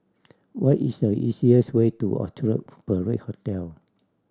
what is the easiest way to Orchard Parade Hotel